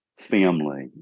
family